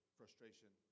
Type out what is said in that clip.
frustration